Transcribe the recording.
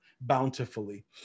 bountifully